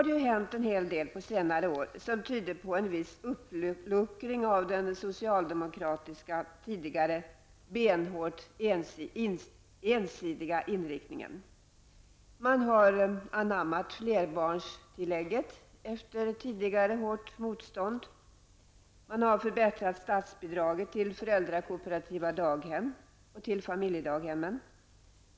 Under senare år har det hänt en hel del som tyder på en viss uppluckring av den tidigare benhårt ensidiga socialdemokratiska inriktningen. Man har efter tidigare hårt motstånd anammat flerbarnstillägget. Man har förbättrat statsbidraget till föräldrakooperativa daghem och till familjedaghem.